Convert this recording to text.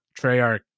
Treyarch